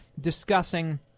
discussing